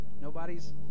Nobody's